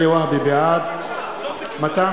בעד מתן